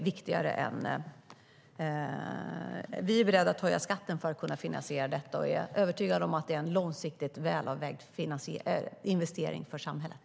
Vi är beredda att höja skatten för att kunna finansiera detta, och jag är övertygad om att det är en långsiktigt välavvägd investering för samhället.